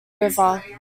river